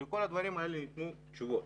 ולכל הדברים האלה ניתנו תשובות.